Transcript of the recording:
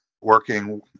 working